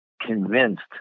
convinced